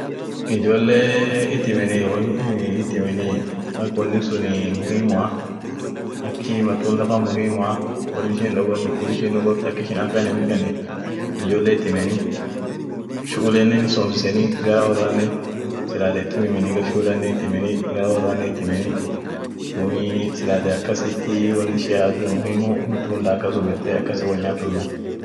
woni sun chiratin akcholle chireni billoan ak ishiat pangeni dum womashine tok jirt lakisi woishin akum durani chiratia billum fuden wolkidesen kiasi ishia chiren dum dabenie ak cholle chiren